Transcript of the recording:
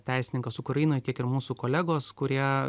teisininkas ukrainoj tiek ir mūsų kolegos kurie